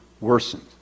worsened